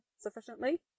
sufficiently